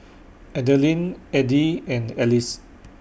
Adilene Edie and Alys